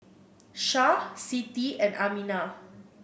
Syah Siti and Aminah